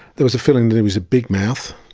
there was a feeling that he was a big-mouth.